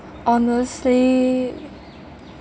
honestly